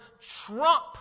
trump